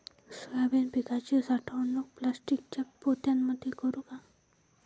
Soybean पिकाची साठवणूक प्लास्टिकच्या पोत्यामंदी करू का?